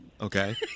Okay